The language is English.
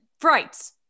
frights